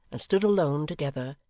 and stood alone, together,